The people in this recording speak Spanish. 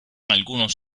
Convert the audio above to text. algunos